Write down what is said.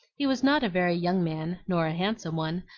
he was not a very young man, nor a handsome one,